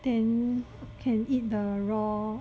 then can eat the raw